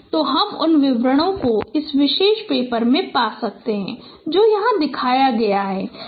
तो हम उन विवरणों को इस विशेष पेपर में पा सकते हैं जो यहां दिखाया गया है